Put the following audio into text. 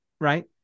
Right